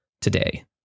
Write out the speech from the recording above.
today